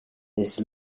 this